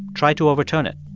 tried to overturn it?